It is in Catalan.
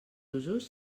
usos